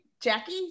Jackie